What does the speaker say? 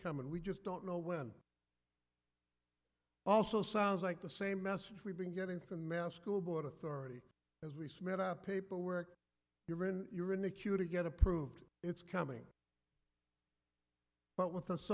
coming we just don't know when also sounds like the same message we've been getting from men school board authority as we submit our paperwork you're in you're in the queue to get approved it's coming but with us